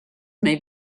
may